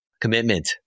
commitment